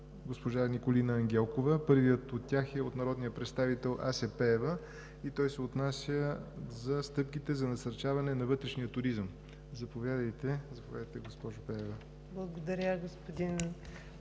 госпожа Николина Ангелкова. Първият от тях е от народния представител Ася Пеева и той се отнася за стъпките за насърчаване на вътрешния туризъм. Заповядайте, госпожо Пеева. АСЯ ПЕЕВА